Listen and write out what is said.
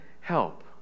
help